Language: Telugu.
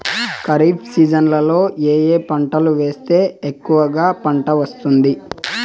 ఖరీఫ్ సీజన్లలో ఏ ఏ పంటలు వేస్తే ఎక్కువగా పంట వస్తుంది?